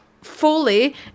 Fully